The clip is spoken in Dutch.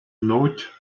nooit